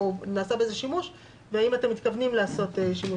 האם נעשה בזה שימוש והאם אתם מתכוונים לעשות בהן שימוש.